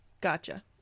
Gotcha